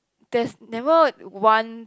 there's never one